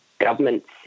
Governments